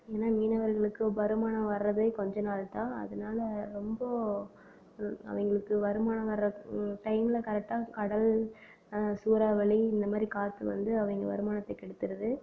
ஏன்னால் மீனவர்களுக்கு வருமானம் வர்றதே கொஞ்ச நாள் தான் அதனால் ரொம்ப அவங்களுக்கு வருமானம் வர்ற டைமில் கரெக்டாக கடல் சூறாவளி இந்த மாதிரி காற்று வந்து அவங்க வருமானத்தை கெடுத்துடுது